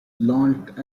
launched